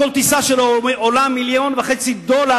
כל טיסה שלו עולה מיליון וחצי דולר,